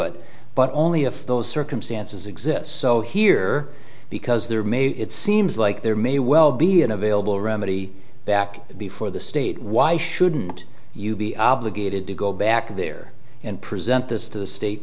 it but only if those circumstances exist so here because there may be it seems like there may well be an available remedy back before the state why shouldn't you be obligated to go back there and present this to the state